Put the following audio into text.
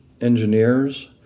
Engineers